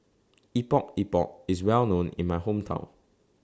Epok Epok IS Well known in My Hometown